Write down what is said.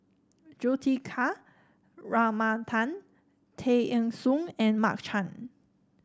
Juthika Ramanathan Tay Eng Soon and Mark Chan